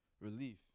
relief